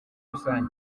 rusange